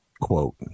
quote